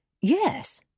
Yes